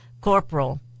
Corporal